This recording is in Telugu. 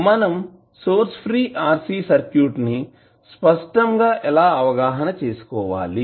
మనం సోర్స్ ఫ్రీ RCసర్క్యూట్ ని స్పష్టంగా ఎలా అవగాహన చేసుకోవాలి